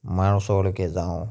মাৰ ওচৰলৈকে যাওঁ